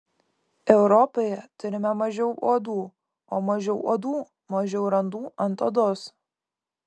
europoje turime mažiau uodų o mažiau uodų mažiau randų ant odos